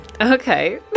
Okay